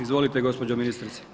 Izvolite gospođo ministrice.